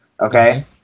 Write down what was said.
okay